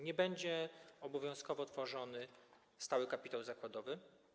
Nie będzie obowiązkowo tworzony stały kapitał zakładowy.